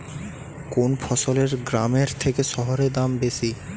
কোন ফসলের গ্রামের থেকে শহরে দাম বেশি?